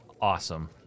awesome